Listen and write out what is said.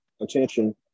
attention